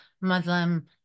Muslim